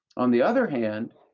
on the other hand,